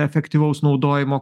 efektyvaus naudojimo